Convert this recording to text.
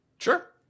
Sure